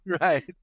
Right